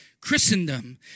Christendom